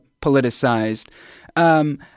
politicized